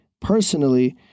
personally